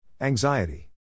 Anxiety